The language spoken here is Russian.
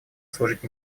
служить